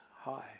High